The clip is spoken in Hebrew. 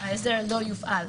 זה לא יופעל.